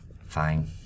Fine